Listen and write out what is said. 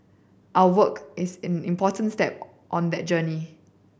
our work is an important step on that journey